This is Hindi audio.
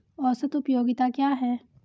औसत उपयोगिता क्या है?